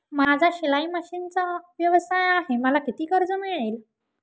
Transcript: माझा शिलाई मशिनचा व्यवसाय आहे मला किती कर्ज मिळेल?